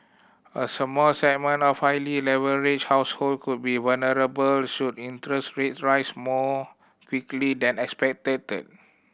a small segment of highly leveraged household could be vulnerable should interest rates rise more quickly than expected